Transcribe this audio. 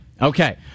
Okay